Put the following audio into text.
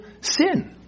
sin